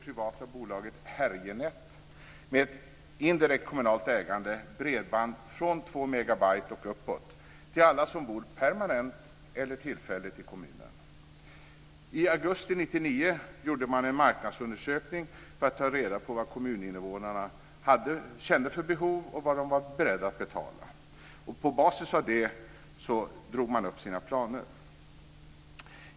I augusti 1999 gjorde man en marknadsundersökning för att ta reda på vilka behov kommuninvånarna hade och vad de var beredda att betala. På basis av det drog man upp sina planer.